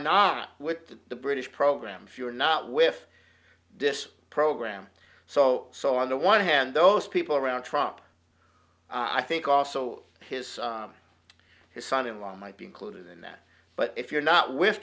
not with the british program if you're not with this program so so on the one hand those people around trump i think also his his son in law might be included in that but if you're not with